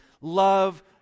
love